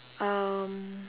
um